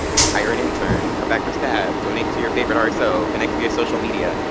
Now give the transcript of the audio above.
hire an intern. come back for scav. donate to your favorite rso. connect via social media.